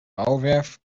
bouwwerf